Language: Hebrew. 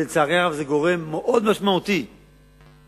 לצערי הרב זה גורם מאוד משמעותי למשבר.